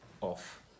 off